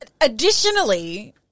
additionally